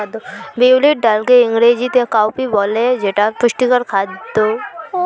বিউলির ডালকে ইংরেজিতে কাউপি বলে যেটা পুষ্টিকর খাদ্য